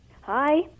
Hi